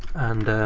and